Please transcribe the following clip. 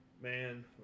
man